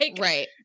right